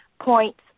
points